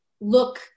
look